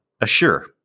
assure